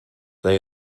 they